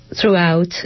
throughout